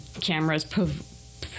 cameras